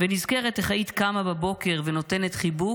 ונזכרת איך היית קמה בבוקר ונותנת חיבוק,